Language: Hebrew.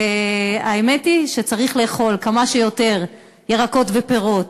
האמת היא שצריך לאכול כמה שיותר ירקות ופירות,